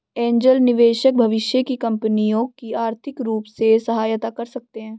angel निवेशक भविष्य की कंपनियों की आर्थिक रूप से सहायता कर सकते हैं